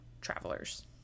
travelers